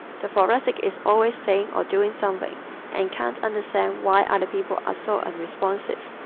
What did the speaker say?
the thoracic is always saying or doing something and can't understand why other people are so unresponsive.